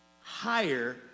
higher